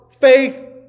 faith